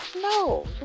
No